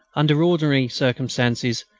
under ordinary circumstances,